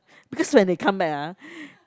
because when they come back ah